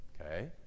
Okay